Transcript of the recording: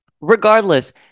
regardless